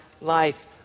life